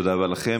תודה רבה לכם.